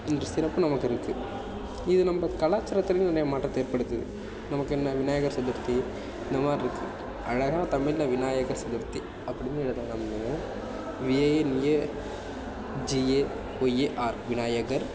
என்ற சிறப்பு நமக்கு இருக்கு இது நம்ம கலாச்சாரத்தலையும் நிறைய மாற்றத்தை ஏற்படுத்துத்து நமக்கு என்ன விநாயகர் சதுர்த்தி இந்த மாதிரி இருக்கு அழகாக தமிழில் விநாயகர் சதுர்த்தி அப்படின்னு எழுதாம V I A G A Y A R Vinayagar